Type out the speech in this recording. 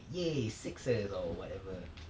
!yay! sixers or whatever